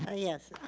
ah yes,